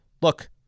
look